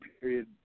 period